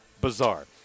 bizarre